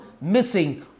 missing